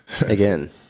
Again